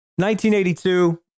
1982